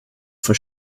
for